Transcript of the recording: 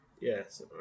Yes